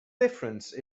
difference